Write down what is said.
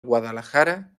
guadalajara